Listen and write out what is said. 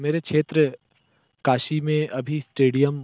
मेरे क्षेत्र काशी में अभी स्टेडियम